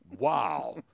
Wow